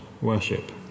worship